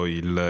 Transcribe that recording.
il